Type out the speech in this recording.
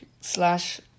slash